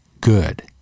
good